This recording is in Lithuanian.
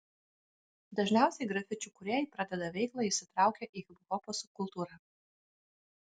dažniausiai grafičių kūrėjai pradeda veiklą įsitraukę į hiphopo subkultūrą